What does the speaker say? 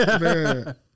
man